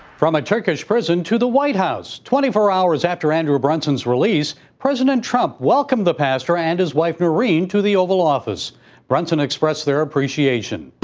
from a turkish prison to the white house twenty four hours after andrew brunson's release. president trump welcome the pastor and his wife corinne to the oval office brunson express their appreciation.